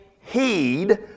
heed